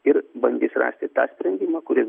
ir bandys rasti tą sprendimą kuris